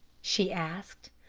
she asked.